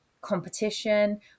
competition